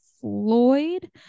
Floyd